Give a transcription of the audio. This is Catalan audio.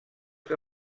que